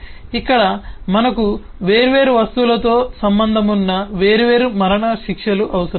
ఇక్కడ మనకు వేర్వేరు వస్తువులతో సంబంధం ఉన్న వేర్వేరు మరణశిక్షలు అవసరం